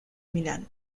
milán